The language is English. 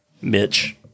Mitch